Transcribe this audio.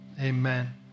amen